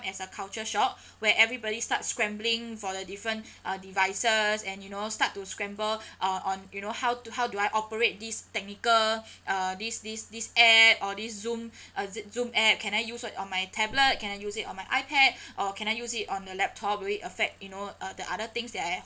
as a culture shock where everybody start scrambling for the different uh devices and you know start to scramble uh on you know how do how do I operate these technical uh this this this app or this zoom uh z~ zoom app can I use it on my tablet can I use it on my ipad or can I use it on the laptop will it affect you know uh the other things that I